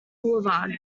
boulevard